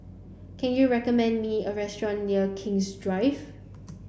can you recommend me a restaurant near King's Drive